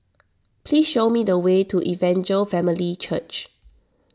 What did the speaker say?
please show me the way to Evangel Family Church